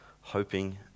hoping